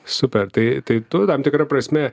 super tai tai tu tam tikra prasme